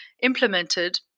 implemented